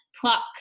pluck